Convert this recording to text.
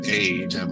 age